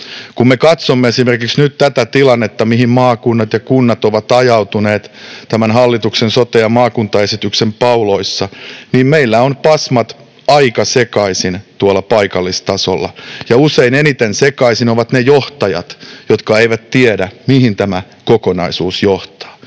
Kun me katsomme nyt esimerkiksi tätä tilannetta, mihin maakunnat ja kunnat ovat ajautuneet tämän hallituksen sote- ja maakuntaesityksen pauloissa, niin meillä on pasmat aika sekaisin tuolla paikallistasolla, ja usein eniten sekaisin ovat ne johtajat, jotka eivät tiedä, mihin tämä kokonaisuus johtaa.